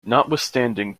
notwithstanding